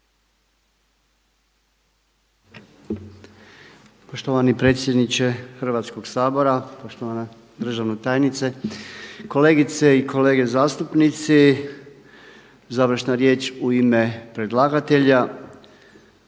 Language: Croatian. Poštovani predsjedniče Hrvatskog sabora, poštovana državna tajnice, kolegice i kolege zastupnici. Završna riječ u ime predlagatelja.